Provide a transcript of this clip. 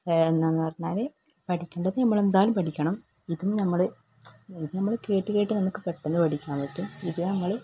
എന്താണെന്ന് പറഞ്ഞാൽ പഠിക്കേണ്ടത് നമ്മൾ എന്തായാലും പഠിക്കണം ഇത് നമ്മൾ ഇത് നമ്മൾ കേട്ട് കേട്ട് നമുക്ക് പെട്ടെന്ന് പഠിക്കാൻ പറ്റും ഇത് നമ്മൾ